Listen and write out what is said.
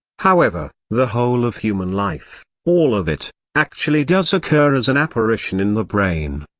however, the whole of human life all of it actually does occur as an apparition in the brain.